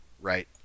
right